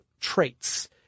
traits